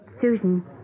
Susan